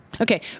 Okay